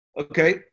okay